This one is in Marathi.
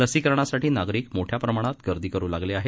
लसीकरणासाठी नागरिक मोठ्या प्रमाणात गर्दी करू लागले आहेत